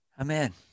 Amen